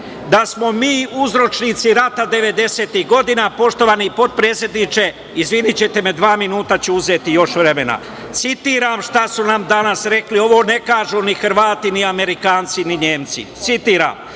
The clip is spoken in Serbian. da smo mi uzročnici rata 90-ih godina. Poštovani potpredsedniče, izvinićete me, dva minuta ću uzeti još vremena. Citiram šta su nam danas rekli, ovo ne kažu ni Hrvati, ni Amerikanci, ni Nemci: "Vlast